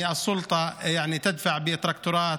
הרשות הורסת עם טרקטורים